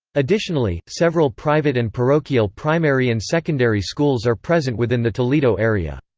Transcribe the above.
additionally, several private and parochial primary and secondary schools are present within the toledo area.